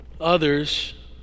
Others